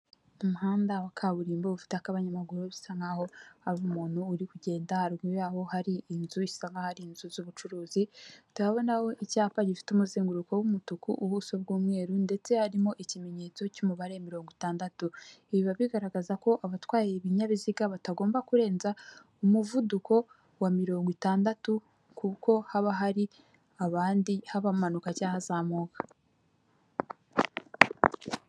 Umuhanda wa kaburimbo ufite ak'abanyamaguru bisa nkaho hari umuntu uri kugenda haruguru yaho hari inzu usa nk'aho ari inzu z'ubucuruzi utabona icyapa gifite umusenguruko w'umutuku ubuso bw'umweru ndetse harimo ikimenyetso cy'umubare mirongo itandatu biba bigaragaza ko abatwaye ibinyabiziga batagomba kurenza umuvuduko wa mirongo itandatu kuko haba hari abandi bamanuka cyangwa bazamuka.